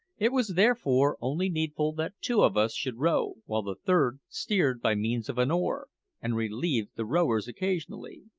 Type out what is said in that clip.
it was therefore only needful that two of us should row, while the third steered by means of an oar and relieved the rowers occasionally.